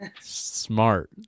smart